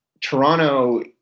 Toronto